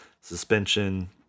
suspension